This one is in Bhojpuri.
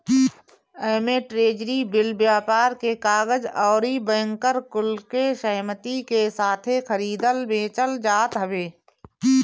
एमे ट्रेजरी बिल, व्यापार के कागज अउरी बैंकर कुल के सहमती के साथे खरीदल बेचल जात हवे